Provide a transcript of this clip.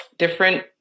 Different